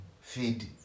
feed